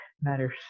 matters